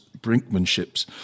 brinkmanships